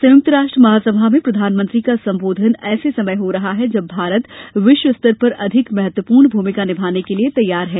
संयुक्त राष्ट्र महासभा में प्रधानमंत्री का संबोधन ऐसे समय हो रहा है जब भारत विश्व स्तर पर अधिक महत्वपूर्ण भूमिका निमाने के लिए तैयार है